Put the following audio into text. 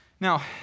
Now